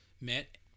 met